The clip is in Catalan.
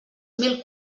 mil